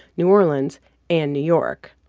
new orleans and new york.